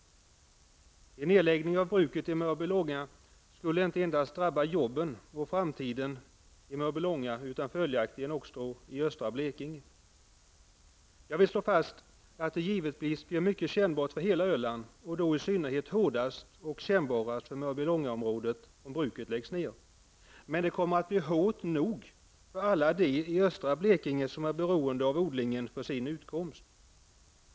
En nedläggning av bruket i Mörby Långa skulle drabba jobben och framtiden inte endast i Mörby Långa utan följaktligen också i östra Blekinge. Jag vill slå fast att det givetvis blir mycket kännbart för hela Öland, och kännbarast för Mörby Långaområdet, om bruket läggs ned. Men det kommer att bli hårt nog för alla dem i östra Blekinge som är beroende av odlingen för utkomst.